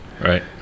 Right